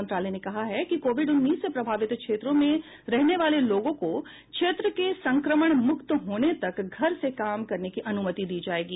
मंत्रालय ने कहा है कि कोविड उन्नीस से प्रभावित क्षेत्रों में रहने वाले लोगों को क्षेत्र के संक्रमणमुक्त होने तक घर से काम करने की अनुमति दी जाएगी